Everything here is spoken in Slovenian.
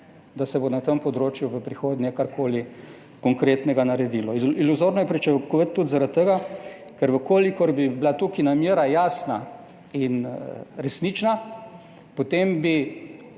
da se bo na tem področju v prihodnje karkoli konkretnega naredilo. Iluzorno je pričakovati, tudi zaradi tega, ker v kolikor bi bila tukaj namera jasna in resnična, potem bi